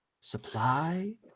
Supply